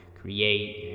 create